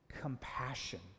compassion